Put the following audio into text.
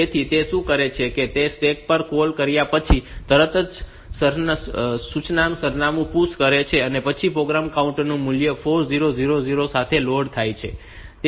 તેથી તે શું કરે છે કે તે સ્ટેક પર કૉલ કર્યા પછી તરત જ સૂચનાનું સરનામું PUSH કરે છે અને પછી પ્રોગ્રામ કાઉન્ટર મૂલ્ય 4000 સાથે લોડ થાય છે